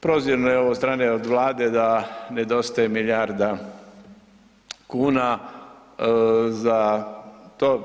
Prozirno je ovo od strane Vlade da nedostaje milijarda kuna za to.